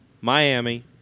Miami